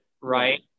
Right